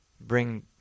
bring